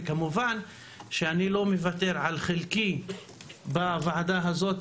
כמובן שאני לא מוותר על חלקי בוועדה הזו,